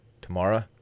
Tomorrow